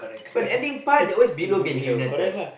but ending part they always below Man-United